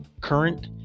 current